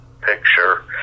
picture